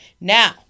Now